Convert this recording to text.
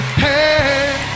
hey